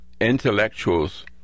intellectuals